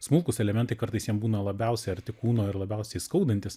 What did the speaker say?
smulkūs elementai kartais jiem būna labiausiai arti kūno ir labiausiai skaudantys